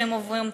שהם עוברים.